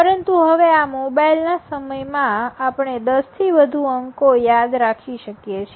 પરંતુ હવે આ મોબાઈલ ના સમયમાં આપણે ૧૦ થી વધુ અંકો યાદ રાખી શકીએ છીએ